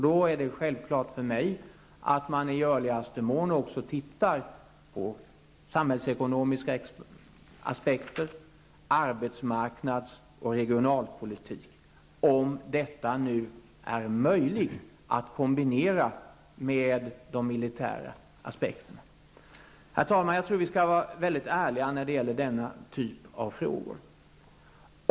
Då är det självklart för mig att man i görligaste mån också tittar på samhällsekonomiska aspekter, samt på arbetsmarknads och regionalpolitiken, om detta nu är möjligt att kombinera med de militära aspekterna. Herr talman! Jag tror att vi skall vara ärliga när det gäller denna typ av frågor.